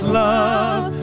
love